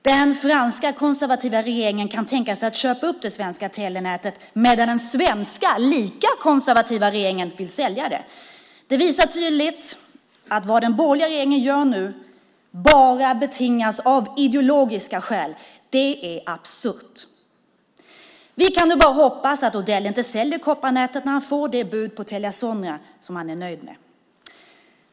Den franska konservativa regeringen kan tänka sig att köpa upp det svenska telenätet, medan den svenska - lika konservativa regeringen - vill sälja det. Det visar tydligt att vad den borgerliga regeringen gör nu bara betingas av ideologiska skäl. Det är absurt. Vi kan nu bara hoppas att Odell inte säljer kopparnätet när han får det bud på Telia Sonera som han är nöjd med.